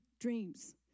dreams